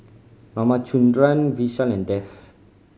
Ramchundra Vishal and Dev